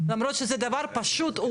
למרות שזה דבר פשוט,